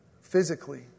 physically